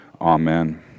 Amen